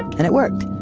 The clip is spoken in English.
and it worked.